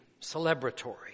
celebratory